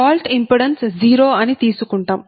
fault impedance 0 అని తీసుకుంటాం